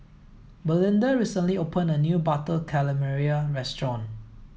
belinda recently opened a new butter calamari restaurant